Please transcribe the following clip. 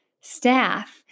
staff